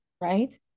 Right